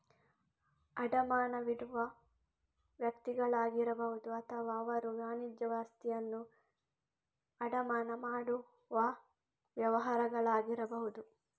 ಅಡಮಾನವಿಡುವ ವ್ಯಕ್ತಿಗಳಾಗಿರಬಹುದು ಅಥವಾ ಅವರು ವಾಣಿಜ್ಯ ಆಸ್ತಿಯನ್ನು ಅಡಮಾನ ಮಾಡುವ ವ್ಯವಹಾರಗಳಾಗಿರಬಹುದು